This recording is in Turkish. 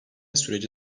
süreci